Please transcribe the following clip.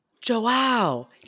Joao